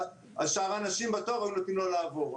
אז שאר אנשים בתור היו נותנים לו לעבור.